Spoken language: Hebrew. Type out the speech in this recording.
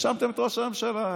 האשמתם את ראש הממשלה.